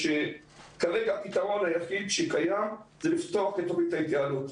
כרגע הפתרון היחיד שקיים הוא לפתוח את תוכנית ההתייעלות.